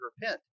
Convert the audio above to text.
repent